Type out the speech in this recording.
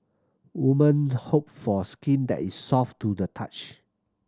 woman hope for skin that is soft to the touch